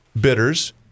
bitters